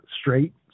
straight